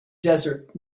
desert